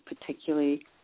particularly